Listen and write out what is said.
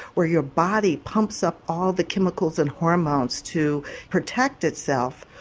or your body pumps up all the chemicals and hormones to protect itself,